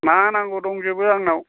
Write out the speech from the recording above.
मा नांगौ दंजोबो आंनाव